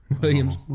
Williams